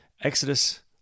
Exodus